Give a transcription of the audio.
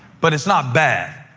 but it's not bad.